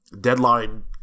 deadline